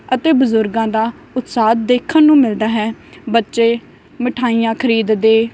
ਅਤੇ ਬਜ਼ੁਰਗਾਂ ਦਾ ਉਤਸ਼ਾਹ ਦੇਖਣ ਨੂੰ ਮਿਲਦਾ ਹੈ ਬੱਚੇ ਮਿਠਾਈਆਂ ਖਰੀਦਦੇ